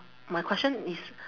my question is